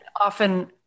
Often